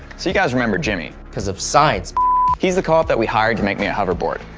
so you guys remember jimmy because of science he's the co-op that we hired to make me a hoverboard.